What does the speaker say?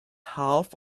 half